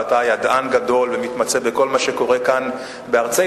ואתה ידען גדול ומתמצא בכל מה שקורה כאן בארצנו.